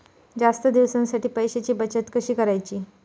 जास्त दिवसांसाठी पैशांची बचत कशी करायची?